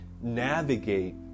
navigate